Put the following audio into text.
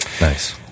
Nice